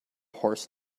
horse